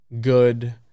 Good